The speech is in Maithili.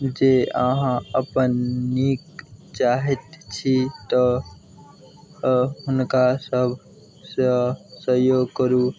जँ अहाँ अपन नीक चाहै छी तऽ हुनका सभसँ सहयोग करू